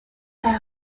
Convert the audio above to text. soul